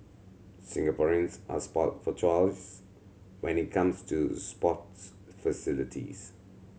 Singaporeans are spoilt for choice when it comes to sports facilities